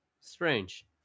Strange